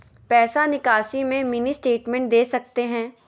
पैसा निकासी में मिनी स्टेटमेंट दे सकते हैं?